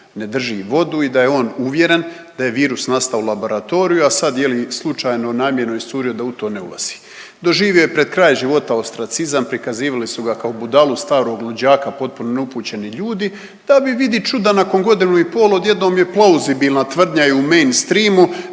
ne drži vodu i da je on uvjeren da je virus nastao u laboratoriju, a sad je li slučajno ili namjerno iscurio da u to ne ulazi. Doživio je pred kraj života ostracizam, prikazivali su ga kao budalu i starog luđaka potpuno neupućeni ljudi, da bi vidi čuda nakon godinu i pol odjednom je plauzibilna tvrdnja je u mainstreamu